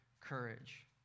courage